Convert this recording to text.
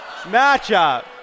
matchup